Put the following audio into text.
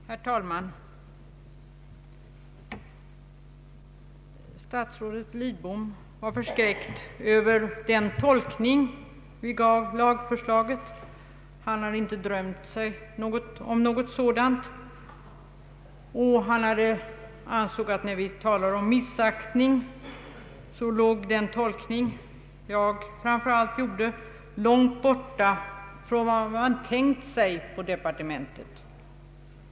Herr talman! Statsrådet Lidbom var förskräckt över den tolkning vi gjorde av lagförslaget. Han hade inte drömt om någonting sådant och ansåg att när vi talade om missaktning, låg den tolkning jag gjorde långt borta från vad man tänkt sig i departementet.